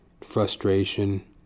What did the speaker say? frustration